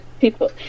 people